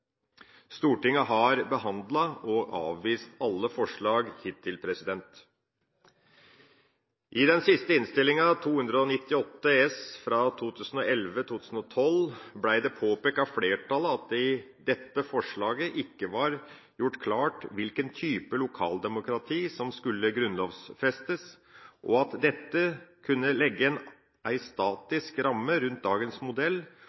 Stortinget har behandlet og avvist alle forslag hittil. I den siste innstillinga, Innst. 298 S for 2011–2012, ble det påpekt av flertallet at det i dette forslaget ikke var gjort klart hvilken type lokaldemokrati som skulle grunnlovsfestes, og at det kunne legge en statisk ramme rundt dagens modell